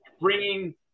bringing